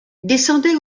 descendait